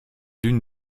l’une